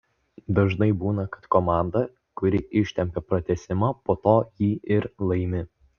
dažnai būna kad komanda kuri ištempią pratęsimą po to jį ir laimi